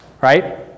right